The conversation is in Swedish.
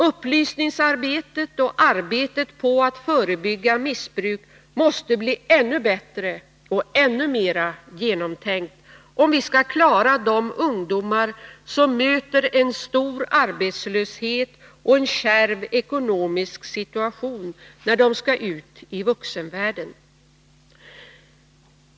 Upplysningsarbetet och arbetet på att förebygga missbruk måste bli ännu bättre och ännu mer genomtänkt, om vi skall klara de ungdomar som möter en stor arbetslöshet och en kärv ekonomisk situation, när de skall ut i vuxenvärlden.